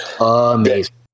amazing